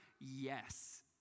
Yes